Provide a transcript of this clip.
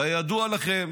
כידוע לכם,